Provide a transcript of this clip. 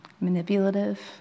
manipulative